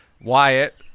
Wyatt